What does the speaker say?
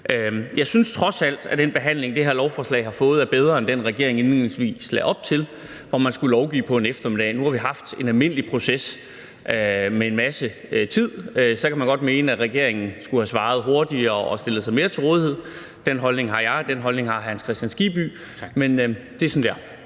jeg synes trods alt, at den behandling, det her lovforslag har fået, er bedre end den, som regeringen indledningsvis lagde op til, hvor man skulle lovgive på en eftermiddag. Nu har vi haft en almindelig proces med en masse tid. Så kan man godt mene, at regeringen skulle have svaret hurtigere og stillet sig mere til rådighed – den holdning har jeg, og den holdning har hr. Hans Kristian Skibby – men det er sådan, det